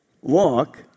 walk